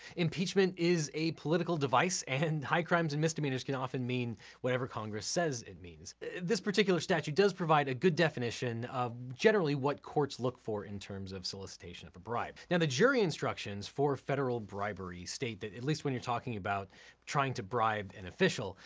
impeachment is a political device and high crimes and misdemeanors can often mean whatever congress says it means. this particular statute does provide a good definition of generally what courts look for in terms of solicitation of a bribe. now the jury instructions for federal bribery state that at least when you're talking about trying to bribe an official,